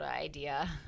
idea